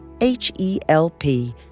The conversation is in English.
H-E-L-P